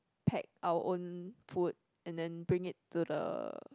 pack our own food and then bring it to the